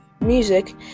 music